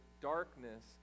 darkness